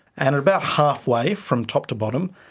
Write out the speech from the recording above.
and at about half way from top to bottom,